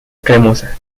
cremosa